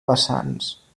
vessants